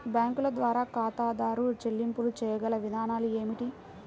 బ్యాంకుల ద్వారా ఖాతాదారు చెల్లింపులు చేయగల విధానాలు ఏమిటి?